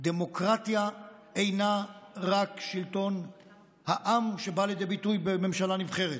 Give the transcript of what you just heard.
הדמוקרטיה אינה רק שלטון העם שבא לידי ביטוי בממשלה נבחרת,